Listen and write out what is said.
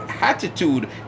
attitude